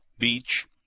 Beach